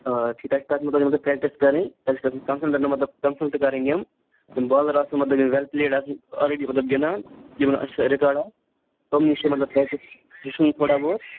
آ ٹھیٖک تتہِ چھِ تتھ مُتعلق مطلب پریکٹٕس کٔرٕنۍ تتہِ چھُ کرُن کَنسلٹنٹہٕ مطلب کَنسلٹنٹ کٔرٕنۍ یِم یِم بالر آسان مطلب یِم ویٚل پُلیٚڈ آسان آل ریٚڈی مطلب گِنٛدان یِمن اصٕل رِیکارڈ آسہِ تِمنٕے چھِ مطلب ہیٚچھُن تھوڑا بہت